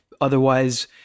otherwise